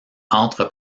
entre